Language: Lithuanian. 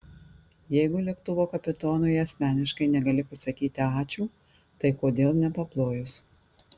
jeigu lėktuvo kapitonui asmeniškai negali pasakyti ačiū tai kodėl nepaplojus